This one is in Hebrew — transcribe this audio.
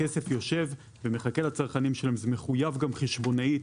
הכסף יושב ומחכה לצרכנים ומחויב גם חשבונאית